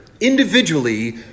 individually